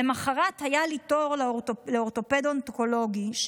למוחרת היה לי תור לאורתופד אונקולוגי,